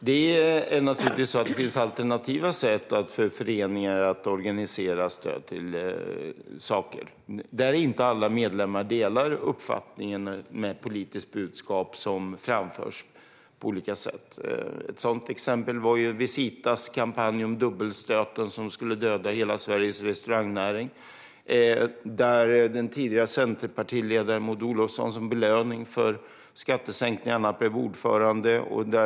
Herr talman! Det finns naturligtvis alternativa sätt för föreningar att organisera stöd när inte alla medlemmar delar uppfattningen i ett politiskt budskap. Ett sådant exempel var Visitas kampanj om den så kallade dubbelstöten, som skulle döda hela Sveriges restaurangnäring. Den tidigare centerpartiledaren Maud Olofsson fick som belöning för skattesänkningarna bli ordförande.